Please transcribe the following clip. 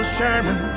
Sherman